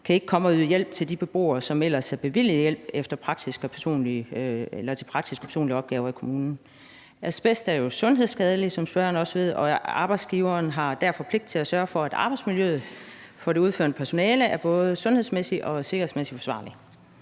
ikke komme og yde hjælp til de beboere, som ellers er bevilget hjælp til praktiske og personlige opgaver i kommunen. Asbest er sundhedsskadeligt, som spørgeren også ved, og arbejdsgiveren har derfor pligt til at sørge for, at arbejdsmiljøet for det udførende personale er både sundhedsmæssigt og sikkerhedsmæssigt forsvarligt,